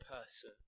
person